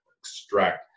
extract